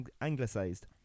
anglicised